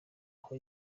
aho